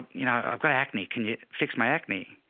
you know, i've got acne, can you fix my acne?